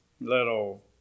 little